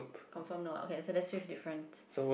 confirm no okay so that's fifth difference